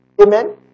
Amen